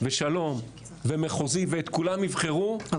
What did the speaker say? ושלום ומחוזי ואת כולם יבחרו לא